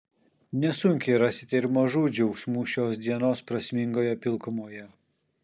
nesunkiai rasite ir mažų džiaugsmų šios dienos prasmingoje pilkumoje